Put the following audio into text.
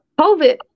COVID